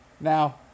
Now